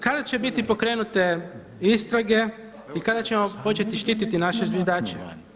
Kada će biti pokrenute istrage i kada ćemo početi štiti naše zviždače?